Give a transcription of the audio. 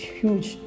huge